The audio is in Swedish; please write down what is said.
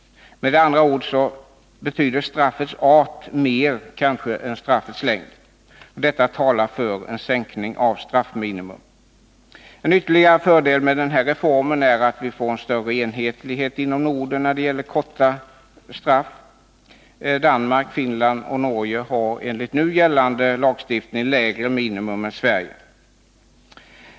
Med andra ord betyder straffets art mer än straffets längd. Detta talar för en sänkning av straffminimum. En ytterligare fördel med den här reformen är att vi får en större enhetlighet inom Norden när det gäller korta straff. Danmark, Finland och Norge har enligt nu gällande lagstiftning lägre minimum än Sverige.